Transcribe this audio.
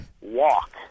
walk